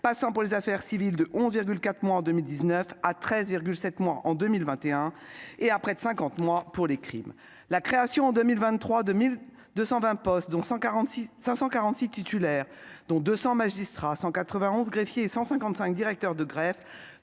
passant, pour les affaires civiles, de 11,4 mois en 2019 à 13,7 mois en 2021 et à près de 50 mois pour les crimes ? La création, en 2023, de 1 220 postes, dont 546 titulaires- 200 magistrats, 191 greffiers et 155 directeurs de greffe